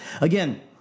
Again